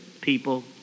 people